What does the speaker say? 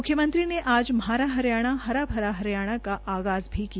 मुख्यमंत्री ने आज म्हारा हरियाणा हरा भरा हरियाणा का आगाज भी किया